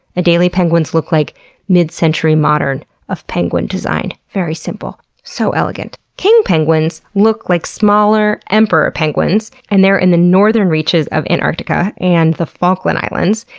ah penguins look like mid-century modern of penguin design. very simple. so elegant. king penguins look like smaller emperor penguins and they're in the northern reaches of antarctica and the falkland islands.